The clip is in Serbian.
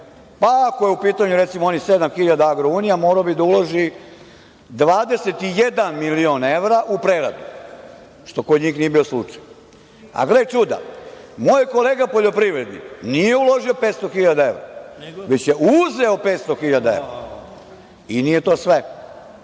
Pa, ako je u pitanju, recimo, onih sedam hiljada Agrounija, morao bi da uloži 21 milion evra u preradu, što kod njih nije bio slučaj. Gle čuda, moj kolega poljoprivrednik nije uložio 500 hiljada evra, već je uzeo 500 hiljada evra. I nije to sve!